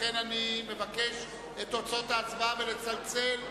לכן אני מבקש את תוצאות ההצבעה ומצלצל,